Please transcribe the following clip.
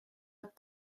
het